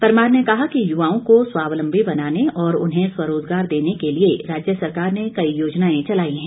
परमार ने कहा कि युवाओं को स्वावलम्बी बनाने और उन्हें स्वरोजगार देने के लिए राज्य सरकार ने कई योजनाए चलाई हैं